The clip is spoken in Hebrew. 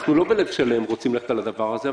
אנחנו לא בלב שלם רוצים ללכת על הדבר הזה,